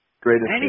Greatest